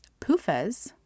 PUFAs